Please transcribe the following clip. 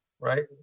right